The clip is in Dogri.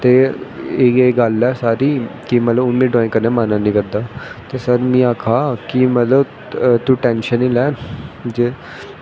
तोे एह् एह् गल्ल ऐ सारी कि मिगी ड्राईंग करनें गी मन नी करदा ऐ ते मीं आक्खेआ सर नै कि तूं टैंशन नी लै कर